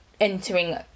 entering